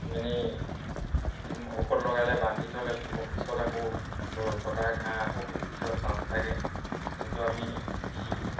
এনেই কিছুমান ঔষধ লগালে বান্ধি থ'লে পিছত আকৌ কটা ঘা আকৌ পকি যোৱাৰ চান্স থাকে কিন্তু আমি সেই